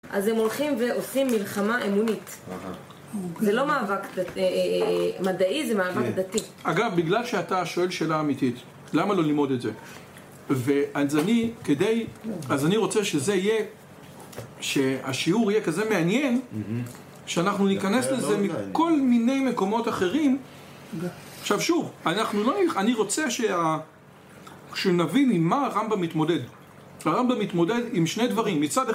אז הם הולכים ועושים מלחמה אמונית. זה לא מאבק... אה... מדעי, זה מאבק דתי. אגב, בגלל שאתה שואל שאלה אמיתית למה לא ללמוד את זה? ו... אז אני... כדי... אז אני רוצה רוצה שזה יהיה... שהשיעור יהיה כזה מעניין שאנחנו ניכנס לזה מכל מיני מקומות אחרים... עכשיו שוב, אנחנו לא נכ... אני רוצה שה... שנבין עם מה הרמב״ם מתמודד. הרמב״ם מתמודד עם שני דברים: מצד אחד...